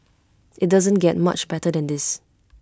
IT doesn't get much better than this